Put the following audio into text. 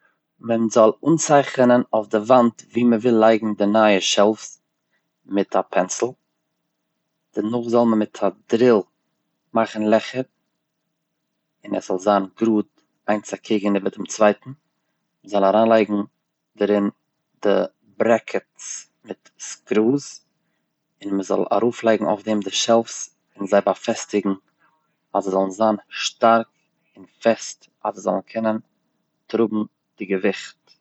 מען זאל אנצייכענען אויף די וואנט וואו מ'וויל לייגן די נייע שעלפס מיט א פענסיל, דערנאך זאל מען מיט דריל מאכן לעכער און עס זאל זיין גראד איינס אקעגן איבער דעם צווייטן, מ'זאל אריין לייגן דערין די ברעקעטס מיט סקרוס, און מ'זאל ארויף לייגן אויף דעם די שעלפס און זיי באפעסטיגן אז זיי זאלן זיין שטארק און פעסט אז זיי זאלן קענען טראגן די געוויכט.